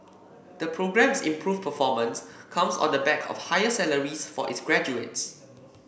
the programme's improved performance comes on the back of higher salaries for its graduates